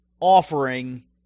offering